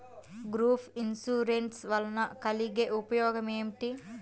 Group insurance వలన కలిగే ఉపయోగమేమిటీ?